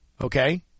okay